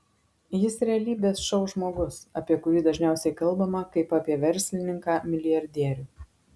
jis realybės šou žmogus apie kurį dažniausiai kalbama kaip apie verslininką milijardierių